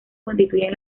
constituyen